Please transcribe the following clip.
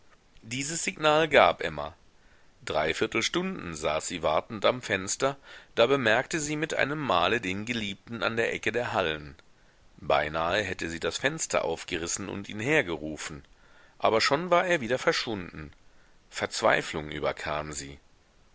dieses signal gab emma dreiviertel stunden saß sie wartend am fenster da bemerkte sie mit einem male den geliebten an der ecke der hallen beinahe hätte sie das fenster aufgerissen und ihn hergerufen aber schon war er wieder verschwunden verzweiflung überkam sie